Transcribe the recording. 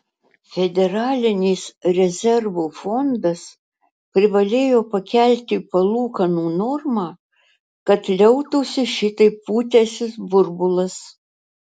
federalinis rezervų fondas privalėjo pakelti palūkanų normą kad liautųsi šitaip pūtęsis burbulas